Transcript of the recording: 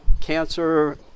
cancer